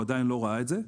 הוא עדיין לא ראה את זה,